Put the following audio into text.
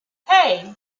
hey